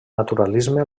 naturalisme